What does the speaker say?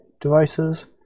devices